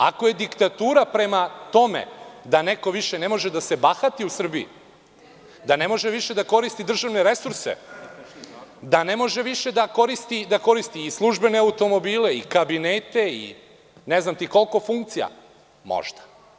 Ako je diktatura prema tome da neko više ne može da se bahati u Srbiji, da ne može više da koristi državne resurse, da ne može više da koristi i službene automobile i kabinete i, ne znam ti, koliko funkcija, možda.